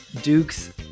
Dukes